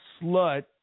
slut